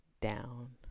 down